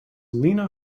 lena